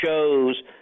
shows